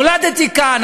נולדתי כאן,